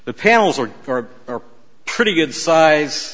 the panels or are pretty good size